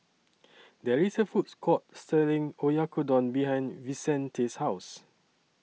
There IS A Food Court Selling Oyakodon behind Vicente's House